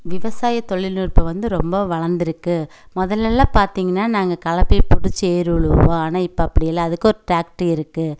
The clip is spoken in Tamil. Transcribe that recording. விவசாய தொழில்நுட்பம் வந்து ரொம்ப வளர்ந்துருக்கு முதலெல்லாம் பார்த்தீங்கன்னா நாங்கள் கலப்பையை பிடிச்சு ஏர் உழுவுவோம் ஆனால் இப்போ அப்படி இல்லை அதுக்கு ஒரு ட்ராக்ட்ரு இருக்குது